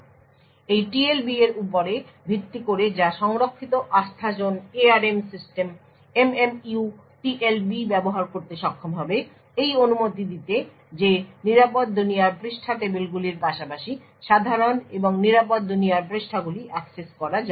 সুতরাং এই TLB এর উপর ভিত্তি করে যা সংরক্ষিত আস্থাজোন ARM সিস্টেম MMU TLB ব্যবহার করতে সক্ষম হবে এই অনুমতি দিতে যে নিরাপদ দুনিয়ার পৃষ্ঠা টেবিলগুলির পাশাপাশি সাধারণ এবং নিরাপদ দুনিয়ার পৃষ্ঠাগুলি অ্যাক্সেস করা যাবে